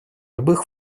любых